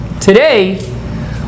Today